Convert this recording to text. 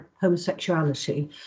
homosexuality